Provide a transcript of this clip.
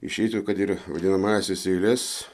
išeitų kad ir vadinamąsias eiles